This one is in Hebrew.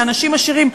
לאנשים עשירים,